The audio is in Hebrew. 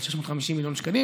של 650 מיליון שקל,